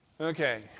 Okay